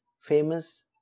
famous